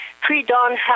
Pre-dawn